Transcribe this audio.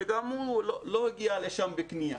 שגם הוא לא הגיע לשם בקנייה.